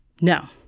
No